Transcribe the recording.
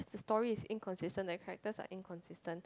the story is inconsistent their characters are inconsistent